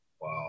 Wow